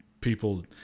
people